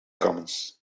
commons